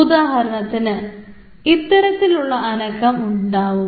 ഉദാഹരണത്തിന് ഇത്തരത്തിലുള്ള അനക്കം ഉണ്ടാവും